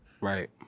Right